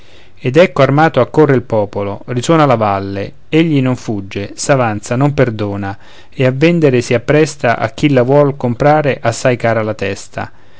ed ecco armato accorrere il popolo risuona la valle egli non fugge s'avanza non perdona e a vendere si appresta a chi la vuol comprare assai cara la testa